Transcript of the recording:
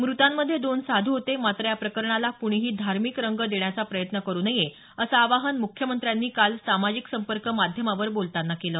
मृतांमध्ये दोन साधू होते मात्र या प्रकरणाला कुणीही धार्मिक रंग देण्याचा प्रयत्न करू नये असं आवाहन मुख्यमंत्री ठाकरे यांनी काल सामाजिक संपर्क माध्यमावर बोलतांना केलं